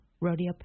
rodeo